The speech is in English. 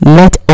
let